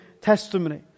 testimony